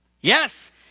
Yes